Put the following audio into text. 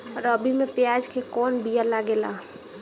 रबी में प्याज के कौन बीया लागेला?